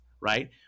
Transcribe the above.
Right